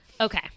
Okay